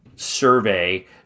survey